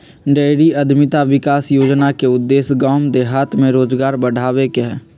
dairy उद्यमिता विकास योजना के उद्देश्य गाम देहात में रोजगार बढ़ाबे के हइ